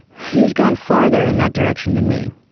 he's gone farther in that direction than me.